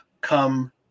come